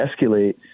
escalate